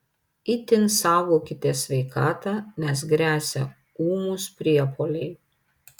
itin saugokite sveikatą nes gresia ūmūs priepuoliai